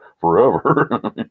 forever